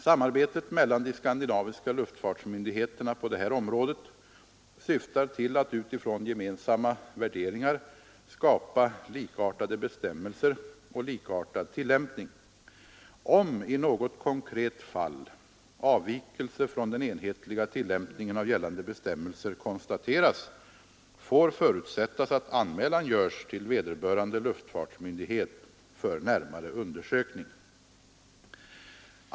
Samarbetet mellan de skandinaviska luftfartsmyndigheterna på det här området syftar till att utifrån gemensamma värderingar skapa likartade bestämmelser och likartad tillämpning. Om i något konkret fall avvikelse från den enhetliga tillämpningen av gällande bestämmelser konstateras, får det förutsättas att anmälan görs till vederbörande luftfartsmyndighet för närmare undersökning.